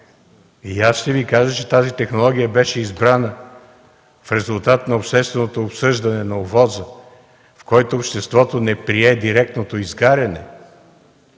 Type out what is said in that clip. Аз ще Ви кажа, че тази технология беше избрана в резултат на общественото обсъждане на ОВОС-а, в който обществото не прие директното изгаряне,